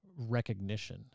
recognition